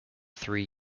three